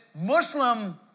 Muslim